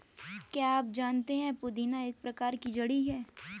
क्या आप जानते है पुदीना एक प्रकार की जड़ी है